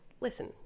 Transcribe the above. listen